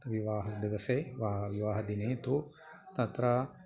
विवाहदिवसे विवाह विवाहदिने तु तत्र